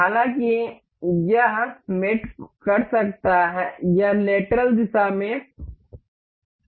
हालांकि यह मेट कर सकता है यह लेटरल दिशा में आगे बढ़ सकता है